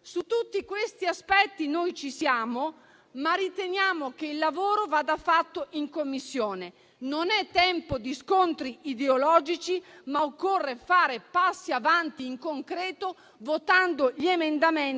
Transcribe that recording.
Su tutti questi aspetti noi ci siamo, ma riteniamo che il lavoro vada fatto in Commissione. Non è tempo di scontri ideologici, ma occorre fare passi avanti in concreto, votando gli emendamenti